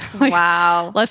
wow